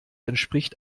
entspricht